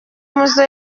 muzo